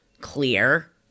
clear